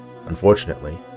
Unfortunately